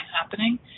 happening